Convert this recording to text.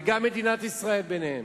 וגם מדינת ישראל ביניהן.